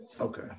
Okay